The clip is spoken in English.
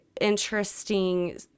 interesting